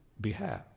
behalf